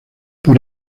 por